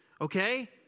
okay